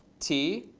t.